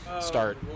start